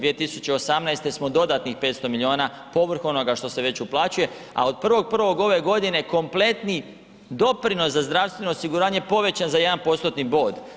2018. smo dodatnih 500 milijuna povrh onoga što se već uplaćuje a od 1.1. ove godine kompletni doprinos za zdravstveno osiguranje je povećan za 1%-tni bod.